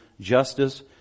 justice